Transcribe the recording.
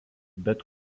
bet